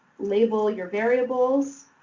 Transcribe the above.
label your variables,